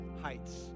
heights